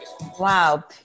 Wow